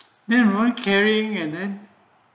caring and then